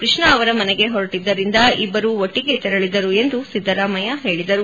ಕೃಷ್ಣ ಅವರ ಮನೆಗೆ ಹೊರಟದ್ದರಿಂದ ಇಬ್ಬರೂ ಒಟ್ಟಿಗೆ ತೆರಳಿದರು ಎಂದು ಸಿದ್ದರಾಮಯ್ಯ ಹೇಳಿದರು